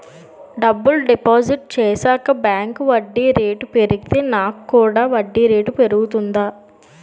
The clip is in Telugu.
డబ్బులు డిపాజిట్ చేశాక బ్యాంక్ వడ్డీ రేటు పెరిగితే నాకు కూడా వడ్డీ రేటు పెరుగుతుందా?